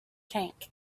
tank